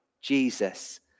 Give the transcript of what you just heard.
Jesus